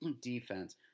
defense